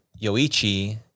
Yoichi